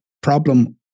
problem